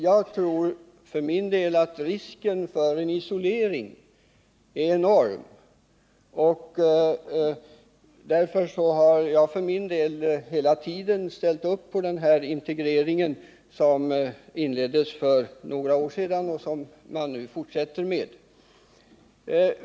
För min del tror jag att risken för en isolering är enorm, och därför har jag hela tiden ställt upp på den integrering som inleddes för några år sedan och som man nu fortsätter med.